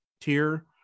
tier